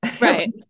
right